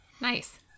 Nice